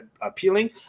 appealing